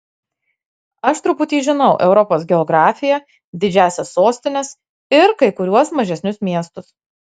aš truputį žinau europos geografiją didžiąsias sostines ir kai kuriuos mažesnius miestus